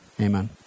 Amen